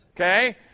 Okay